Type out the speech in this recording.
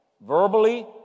verbally